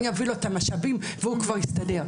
אני אביא לו את המשאבים והוא כבר יסתדר.